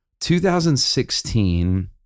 2016